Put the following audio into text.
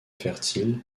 fertile